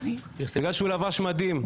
בגלל שהוא לבש מדים.